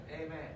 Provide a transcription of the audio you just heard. Amen